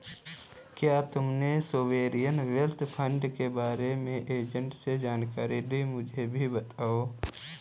क्या तुमने sovereign wealth fund के बारे में एजेंट से जानकारी ली, मुझे भी बताओ